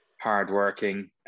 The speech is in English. hard-working